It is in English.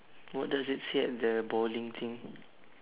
what does it say at the bowling thing